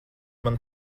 man